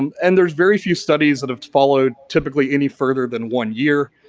um and there's very few studies that have followed typically any further than one year.